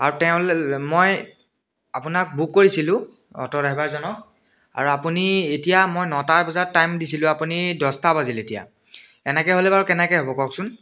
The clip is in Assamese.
আৰু তেওঁলৈ মই আপোনাক বুক কৰিছিলোঁ অট' ড্ৰাইভাৰজনক আৰু আপুনি এতিয়া মই নটা বজাত টাইম দিছিলোঁ আপুনি দহটা বাজিলে এতিয়া এনেকৈ হ'লে বাৰু কেনেকৈ হ'ব কওকচোন